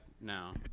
now